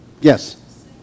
yes